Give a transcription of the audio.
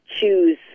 choose